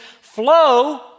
flow